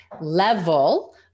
level